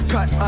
Cut